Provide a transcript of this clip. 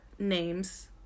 names